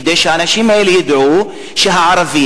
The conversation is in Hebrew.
כדי שהאנשים האלה ידעו שהערבי,